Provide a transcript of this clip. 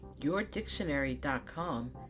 yourdictionary.com